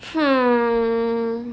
hmm